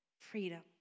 freedom